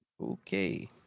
Okay